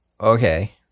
okay